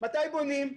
מתי בונים?